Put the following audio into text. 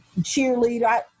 cheerleader